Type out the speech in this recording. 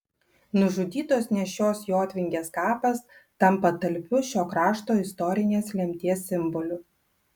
nužudytos nėščios jotvingės kapas tampa talpiu šio krašto istorinės lemties simboliu